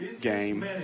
game